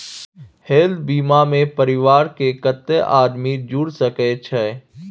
Health बीमा मे परिवार के कत्ते आदमी जुर सके छै?